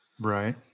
Right